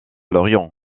lorient